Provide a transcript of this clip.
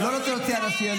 אני לא רוצה להוציא אנשים.